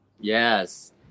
Yes